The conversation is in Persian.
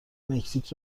مکزیک